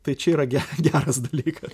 tai čia yra ge geras dalykas